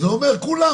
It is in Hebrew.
זה אומר כולם,